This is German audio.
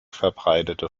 verbreitete